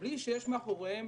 בלי שיש מאחוריהם